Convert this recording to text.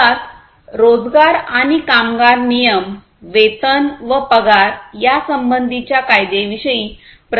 मुळात रोजगार आणि कामगार नियम वेतन व पगार यासंबंधी च्या कायदे विषयी प्रतिनिधित्त्व करतात